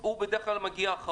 הוא בדרך כלל מגיע אחרון.